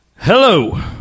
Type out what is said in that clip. Hello